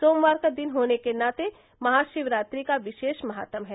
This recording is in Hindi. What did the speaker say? सोमवार का दिन होने के नाते महाशिवरात्रि का विशेष महात्म है